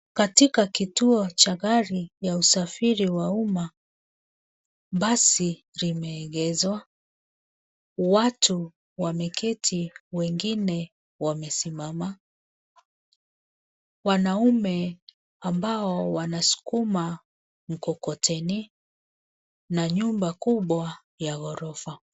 Katika kituo cha gari ya usafiri wa umma, Bai limeegezwa, watu wameketi, wengine wamesimama. Wanaume ambao wanasukuma mkokoteni na nyumba kubwa ya ghorofa.